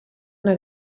una